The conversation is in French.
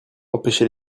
empêche